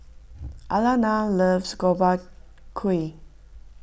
Alanna loves Gobchang Gui